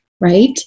right